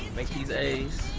make these a's.